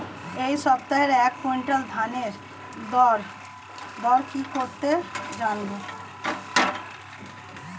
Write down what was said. এই সপ্তাহের এক কুইন্টাল ধানের গর দর কত কি করে জানবো?